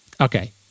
Okay